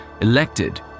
elected